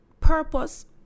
purpose